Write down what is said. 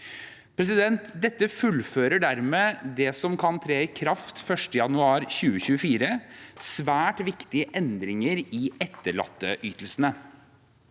proposisjonene. Dette fullfører dermed det som kan tre i kraft 1. januar 2024 – svært viktige endringer i etterlatteytelsene.